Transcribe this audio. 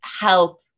help